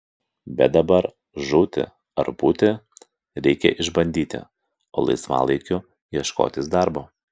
bet dabar žūti ar būti reikia išbandyti o laisvalaikiu ieškotis darbo